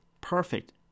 perfect